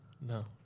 No